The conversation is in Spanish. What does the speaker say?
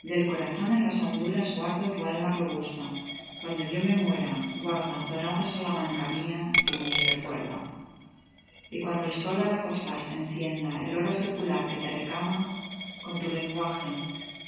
del corazón en las honduras guardo tu alma robusta cuando yo me muera guarda dorada salamanca mía tú mi recuerdo y cuando el sol al acostarse encienda el oro secular que te recama con tu lenguaje